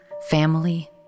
family